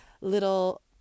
little